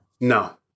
No